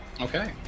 Okay